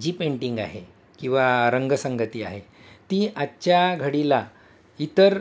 जी painting आहे किंवा रंगसंगती आहे ती आजच्या घडीला इतर